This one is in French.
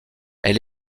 elle